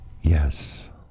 Yes